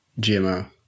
GMO